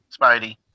Spidey